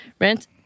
rent